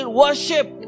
worship